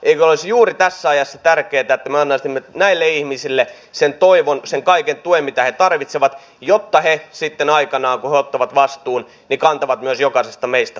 eikö olisi juuri tässä ajassa tärkeätä että me antaisimme näille ihmisille sen toivon sen kaiken tuen mitä he tarvitsevat jotta he sitten aikanaan kun he ottavat vastuun kantavat myös jokaisesta meistä huolen